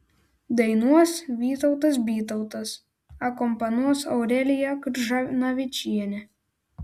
dainuos vytautas bytautas akompanuos aurelija kržanavičienė